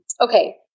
okay